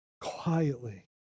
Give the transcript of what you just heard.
Quietly